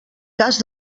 cas